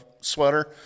sweater